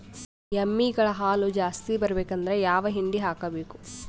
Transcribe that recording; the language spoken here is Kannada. ಎಮ್ಮಿ ಗಳ ಹಾಲು ಜಾಸ್ತಿ ಬರಬೇಕಂದ್ರ ಯಾವ ಹಿಂಡಿ ಹಾಕಬೇಕು?